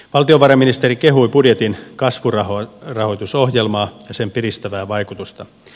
valtiovarainministeri kehui budjetin kasvurahoitusohjelmaa ja sen piristävää vaikutusta